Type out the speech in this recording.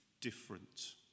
different